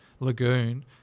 lagoon